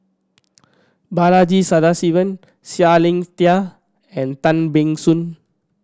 Balaji Sadasivan Seah Liang Seah and Tan Ban Soon